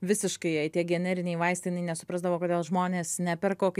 visiškai jai tie generiniai vaistai jinai nesuprasdavo kodėl žmonės neperka o kai